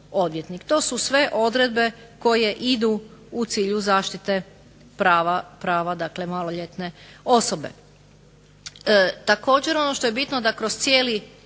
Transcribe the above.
To su sve odredbe koje idu u cilju zaštite prava, dakle maloljetne osobe.